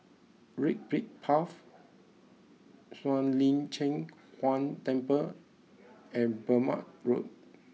Red Brick Path Shuang Lin Cheng Huang Temple and Burmah Road